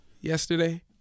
yesterday